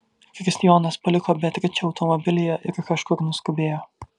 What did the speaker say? kristijonas paliko beatričę automobilyje ir kažkur nuskubėjo